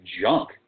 junk